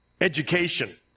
education